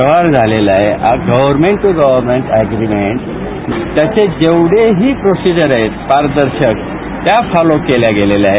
व्यवहार झालेला आहे गव्हर्नमेंट टू गव्हर्नमेंट अग्रीमेंट त्याचे जेवढेही प्रोसिजर आहेत पारदर्शक त्या फॉलो केल्या गेलेल्या आहेत